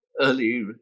early